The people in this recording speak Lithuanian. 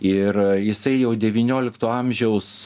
ir jisai jau devyniolikto amžiaus